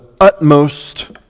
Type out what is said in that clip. utmost